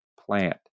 plant